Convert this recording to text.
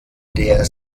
der